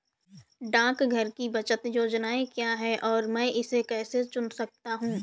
डाकघर की बचत योजनाएँ क्या हैं और मैं इसे कैसे चुन सकता हूँ?